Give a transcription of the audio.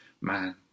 man